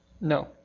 No